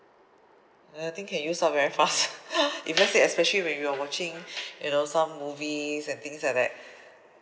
and I think can use up very fast if let's say especially when you're watching you know some movies and things like that